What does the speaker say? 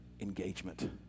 engagement